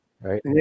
Right